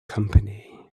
company